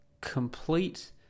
complete